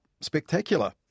spectacular